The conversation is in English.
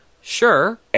Sure